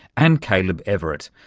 and caleb everett,